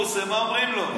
הוא עושה מה שאומרים לו.